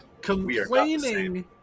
Complaining